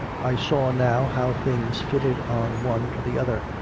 i saw now how things fitted on one to the other,